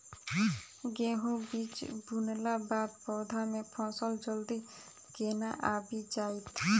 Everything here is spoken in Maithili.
गेंहूँ बीज बुनला बाद पौधा मे फसल जल्दी केना आबि जाइत?